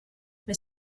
mais